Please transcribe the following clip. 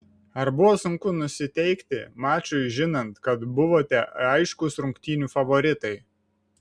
ar buvo sunku nusiteikti mačui žinant kad buvote aiškūs rungtynių favoritai